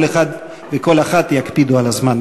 כל אחד וכל אחת יקפידו על הזמן.